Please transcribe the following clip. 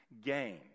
gain